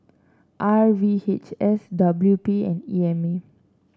R V H S W P and E M A